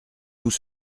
tout